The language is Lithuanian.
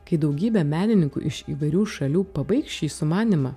kai daugybė menininkų iš įvairių šalių pabaigs šį sumanymą